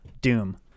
Doom